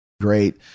great